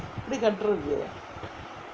எப்டி கட்டுறது:epdi katturathu